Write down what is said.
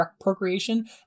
procreation